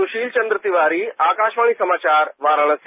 सुशील चंद तिवारी आकाशवाणी समाचार वाराणसी